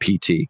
PT